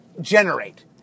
generate